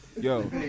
Yo